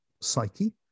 psyche